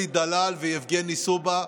אלי דלל ויבגני סובה,